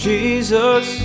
Jesus